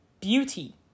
Beauty